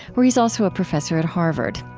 where he's also a professor at harvard.